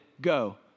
go